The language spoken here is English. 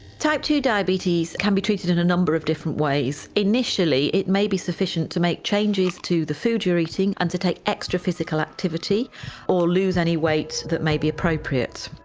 type two diabetes can be treated in a number of different ways. initially it may be sufficient to make changes to the food you're eating and to take extra physical activity or lose any weight that may be appropriate.